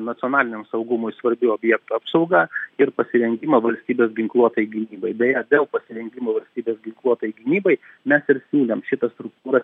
nacionaliniam saugumui svarbių objektų apsauga ir pasirengimą valstybės ginkluotai gynybai beje dėl pasirengimo valstybės ginkluotai gynybai mes ir siūlėm šitą struktūrą